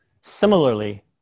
Similarly